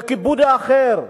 לכיבוד האחר,